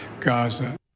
gaza